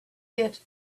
yet